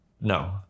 No